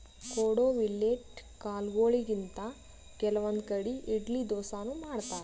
ಕೊಡೊ ಮಿಲ್ಲೆಟ್ ಕಾಲ್ಗೊಳಿಂತ್ ಕೆಲವಂದ್ ಕಡಿ ಇಡ್ಲಿ ದೋಸಾನು ಮಾಡ್ತಾರ್